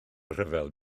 ryfel